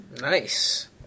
Nice